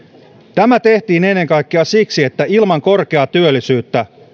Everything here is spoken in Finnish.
tämä tehtiin ennen kaikkea siksi että ilman korkeaa työllisyyttä